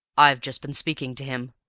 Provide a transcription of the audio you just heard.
i've just been speaking to him.